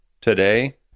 today